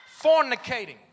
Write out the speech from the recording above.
Fornicating